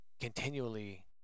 Continually